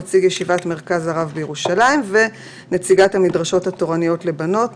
נציג ישיבת מרכז הרב בירושלים ונציגת המדרשות התורניות לבנות,